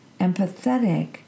empathetic